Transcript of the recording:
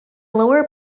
lower